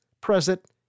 present